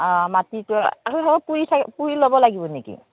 অঁ মাটিৰটো আৰু হেৰি পুৰি চাৰি হেৰি পুৰি ল'ব লাগিব নেকি